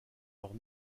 leurs